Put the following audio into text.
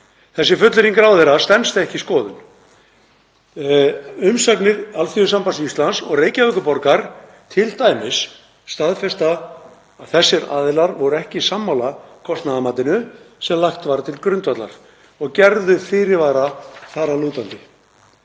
Þessi fullyrðing ráðherra stenst ekki skoðun. Umsagnir Alþýðusambands Íslands og Reykjavíkurborgar staðfesta t.d. að þessir aðilar voru ekki sammála kostnaðarmatinu sem lagt var til grundvallar og gerðu fyrirvara þar að lútandi.